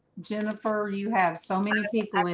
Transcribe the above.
jennifer you have so many people i mean